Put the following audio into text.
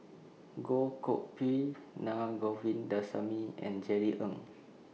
Goh Koh Pui Naa Govindasamy and Jerry Ng